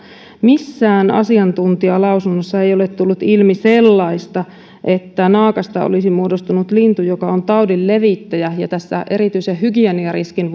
missään asiantuntijalausunnossa ei ole tullut ilmi sellaista että naakasta olisi muodostunut lintu joka on taudin levittäjä ja tässä erityisen hygieniariskin